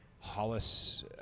Hollis